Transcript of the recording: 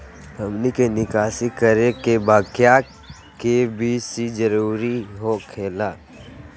हमनी के निकासी करे के बा क्या के.वाई.सी जरूरी हो खेला?